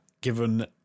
Given